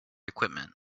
equipment